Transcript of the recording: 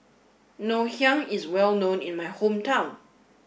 Ngoh Hiang is well known in my hometown